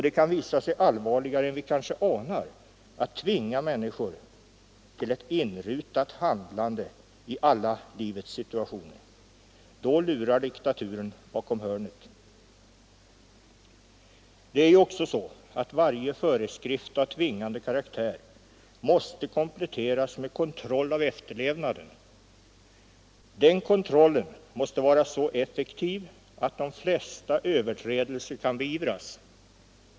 Det kan visa sig allvarligare än vi kanske anar att tvinga människor till ett inrutat handlande i alla livets situationer. Då lurar diktaturen bakom hörnet. Det är ju också så att varje föreskrift av tvingande karaktär måste kompletteras med kontroll av efterlevnaden. Den kontrollen måste vara så effektiv att de flesta överträdelser kan beivras.